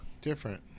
different